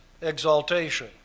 exaltation